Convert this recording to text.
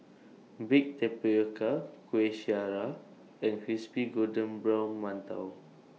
Baked Tapioca Kueh Syara and Crispy Golden Brown mantou